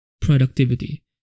productivity